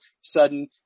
sudden